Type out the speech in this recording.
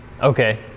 Okay